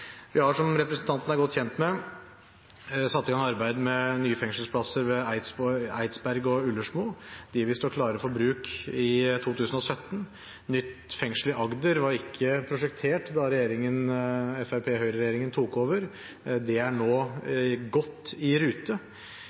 Som representanten er godt kjent med, har vi satt i gang arbeidet med nye fengselsplasser ved Eidsberg og Ullersmo. De vil stå klare til bruk i 2017. Nytt fengsel i Agder var ikke prosjektert da Høyre–Fremskrittsparti-regjeringen tok over. Det er nå godt i rute.